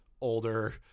older